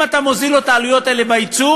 אם אתה מוזיל את העלויות האלה בייצור,